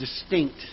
distinct